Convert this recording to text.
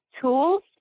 tools